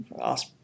ask